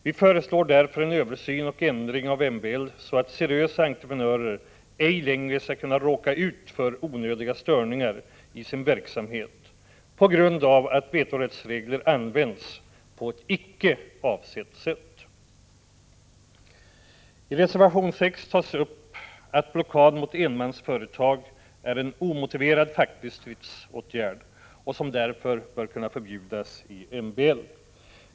Vi föreslår därför en översyn och ändring av MBL, så att seriösa entreprenörer ej längre skall kunna råka ut för onödiga störningar i sin verksamhet på grund av att vetorättsregler används på ett icke avsett sätt. I reservation 6 hävdas att blockad mot enmansföretag är en omotiverad facklig stridsåtgärd, som därför bör kunna förbjudas i MBL.